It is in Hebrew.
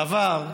בעבר,